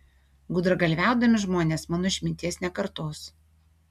gudragalviaudami žmonės mano išminties nekartos